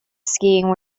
skiing